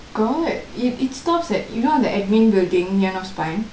got it it stops at you know the admin buildingk near north spine